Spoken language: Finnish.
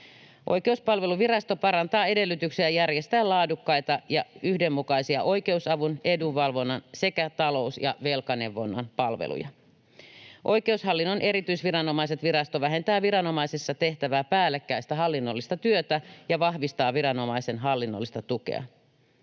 Oikeuspalveluvirasto parantaa edellytyksiä järjestää laadukkaita ja yhdenmukaisia oikeusavun, edunvalvonnan sekä talous- ja velkaneuvonnan palveluja. Oikeushallinnon erityisviranomaiset -virasto vähentää viranomaisissa tehtävää päällekkäistä hallinnollista työtä ja vahvistaa viranomaisen hallinnollista tukea.